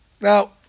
Now